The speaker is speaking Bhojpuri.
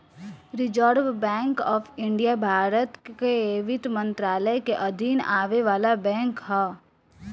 reserve bank of India Bharat कअ वित्त मंत्रालय के अधीन आवे वाला बैंक हअ